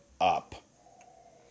up